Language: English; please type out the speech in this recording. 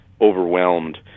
overwhelmed